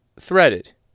threaded